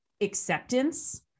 acceptance